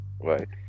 Right